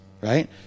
right